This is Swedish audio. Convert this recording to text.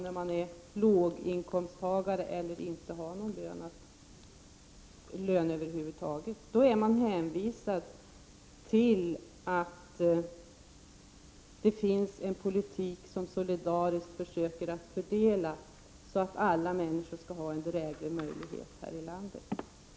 Om man är låginkomsttagare eller inte har någon lön över huvud taget, är man beroende av att det finns en politik som innebär en strävan att åstad komma en solidarisk fördelning för att på det sättet ge alla människor i vårt land möjlighet att leva drägligt.